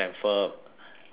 and uh